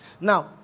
Now